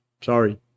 Sorry